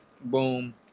boom